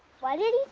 what did